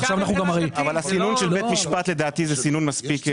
אבל הסינון של בית משפט, לדעתי, זה סינון מספיק.